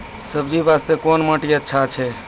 सब्जी बास्ते कोन माटी अचछा छै?